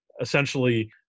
essentially